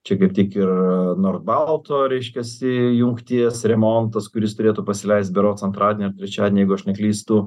čia kaip tik ir nordbalto reiškiasi jungties remontas kuris turėtų pasileist berods antradienį ar trečiadienį jeigu aš neklystu